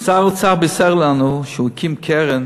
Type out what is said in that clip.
שר האוצר בישר לנו שהוא הקים קרן